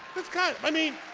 that's kind. i mean.